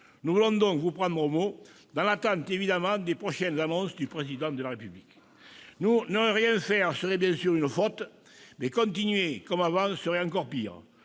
Nous voulons donc vous prendre au mot, dans l'attente évidemment des prochaines annonces du Président de la République. Ne rien faire serait bien sûr une faute. Mais continuer comme avant serait encore pire